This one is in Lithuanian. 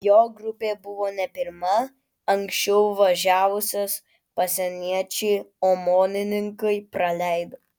jo grupė buvo ne pirma anksčiau važiavusias pasieniečiai omonininkai praleido